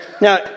Now